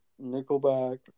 Nickelback